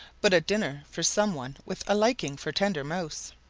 but a dinner for some one with a liking for tender mouse.